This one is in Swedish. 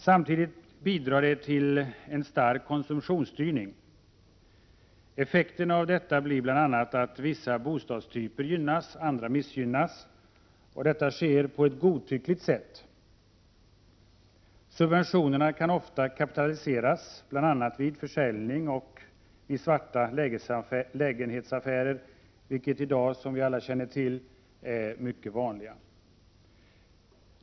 Samtidigt bidrar de till en stark konsumtionsstyrning. Effekterna av detta blir bl.a. att vissa bostadstyper gynnas — andra missgynnas. Detta sker på ett godtyckligt sätt. Subventionerna kan ofta kapitaliseras bl.a. vid försäljning och vid svarta lägenhetsaffärer, vilka i dag, som vi alla känner till, är mycket vanliga.